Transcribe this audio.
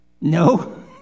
No